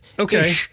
Okay